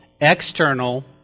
external